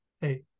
hey